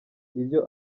ibyo